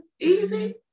easy